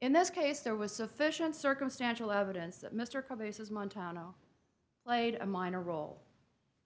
in this case there was sufficient circumstantial evidence of mr kobe says montana played a minor role